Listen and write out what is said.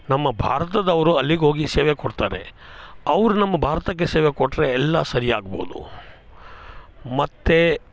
ನಮ್ಮ ಭಾರತದವರು ಅಲ್ಲಿಗೋಗಿ ಸೇವೆ ಕೊಡ್ತಾರೆ ಅವ್ರ ನಮ್ಮ ಬಾರತಕ್ಕೆ ಸೇವೆ ಕೊಟ್ಟರೆ ಎಲ್ಲಾ ಸರಿಯಾಗ್ಬೌದು ಮತ್ತು